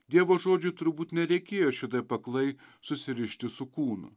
dievo žodžiui turbūt nereikėjo šitaip aklai susirišti su kūnu